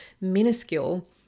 minuscule